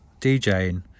djing